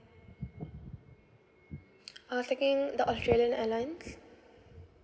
I was taking the australian airlines